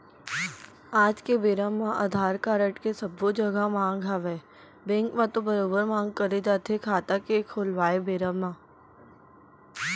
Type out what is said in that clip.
आज के बेरा म अधार कारड के सब्बो जघा मांग हवय बेंक म तो बरोबर मांग करे जाथे खाता के खोलवाय बेरा म